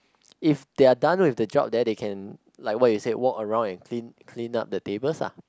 if they are done with the job then they can like what you said walk around and clean clean up the tables ah